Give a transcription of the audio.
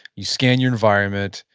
you scan your environment,